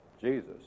Jesus